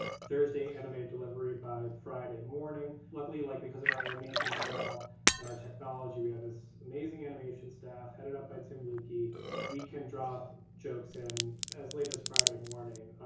thursday, animate, delivery by friday and morning. luckily, like because of our animation style and our technology, we have this amazing animation staff headed up by tim luecke, we can drop jokes in as late as friday morning,